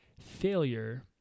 Failure